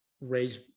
raise